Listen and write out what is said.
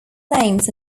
names